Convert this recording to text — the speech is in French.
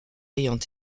ayant